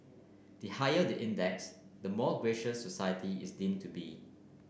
the higher the index the more gracious society is deemed to be